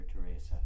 Teresa